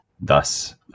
thus